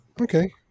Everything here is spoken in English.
Okay